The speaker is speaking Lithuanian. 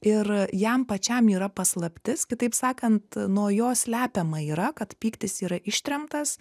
ir jam pačiam yra paslaptis kitaip sakant nuo jo slepiama yra kad pyktis yra ištremtas